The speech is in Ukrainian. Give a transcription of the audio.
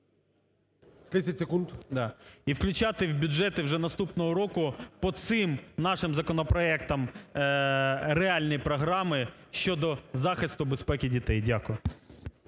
В.Є. … і включати в бюджет вже наступного року по цим нашим законопроектам реальні програми щодо захисту безпеки дітей. Дякую.